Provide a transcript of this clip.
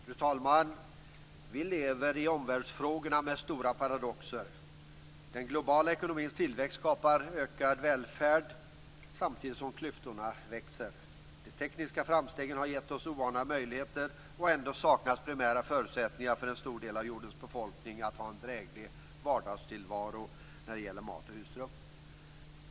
Fru talman! I omvärldsfrågorna lever vi med stora paradoxer. Den globala ekonomins tillväxt skapar ökad välfärd, samtidigt som klyftorna växer. De tekniska framstegen har gett oss oanade möjligheter. Ändå saknas primära förutsättningar för en stor del av jordens befolkning att ha en dräglig vardagstillvaro när det gäller mat och husrum.